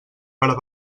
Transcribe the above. part